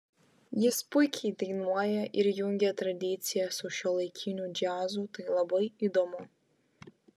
jis puikiai dainuoja ir jungia tradiciją su šiuolaikiniu džiazu tai labai įdomu